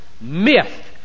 myth